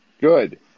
Good